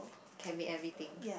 can be everything